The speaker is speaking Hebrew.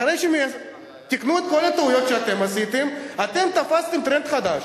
אחרי שתיקנו את כל הטעויות שאתם עשיתם אתם תפסתם טרנד חדש.